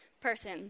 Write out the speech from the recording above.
person